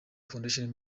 foundation